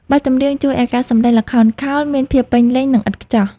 បទចម្រៀងជួយឱ្យការសម្ដែងល្ខោនខោលមានភាពពេញលេញ និងឥតខ្ចោះ។